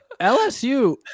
lsu